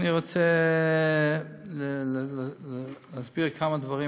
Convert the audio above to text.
אני רוצה להסביר כמה דברים,